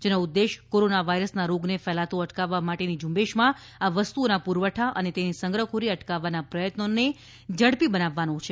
જેનો ઉદ્દેશ્ય કોરોના વાયરસના રોગને ફેલાતો અટકાવવા માટેની ઝ઼ંબેશમાં આ વસ્તુઓના પુરવઠા અને તેની સંગ્રહખોરી અટકાવવાના પ્રયત્નોને ઝડપી બનાવવાનો છે